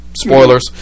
spoilers